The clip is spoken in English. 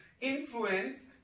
influence